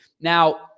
Now